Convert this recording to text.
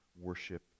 worship